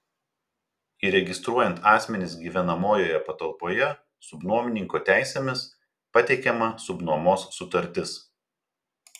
įregistruojant asmenis gyvenamojoje patalpoje subnuomininko teisėmis pateikiama subnuomos sutartis